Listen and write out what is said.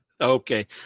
okay